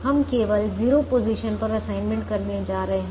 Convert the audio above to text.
हम केवल 0 पोजीशन पर असाइनमेंट करने जा रहे हैं